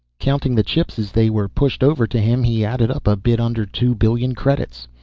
counting the chips as they were pushed over to him he added up a bit under two billion credits.